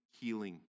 healing